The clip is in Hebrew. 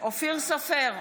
אופיר סופר,